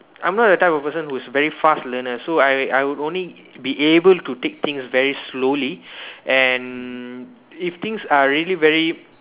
I'm not the type of person who's very fast learner so I I would only be able to take things very slowly and if things are really very